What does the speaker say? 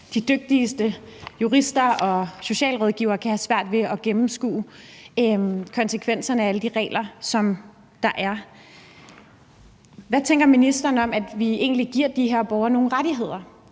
de dygtigste jurister og socialrådgivere kan have svært ved at gennemskue konsekvenserne af alle de regler, der er. Hvad tænker ministeren om, at vi giver de her borgere nogle rettigheder?